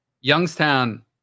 Youngstown